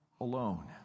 alone